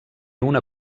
una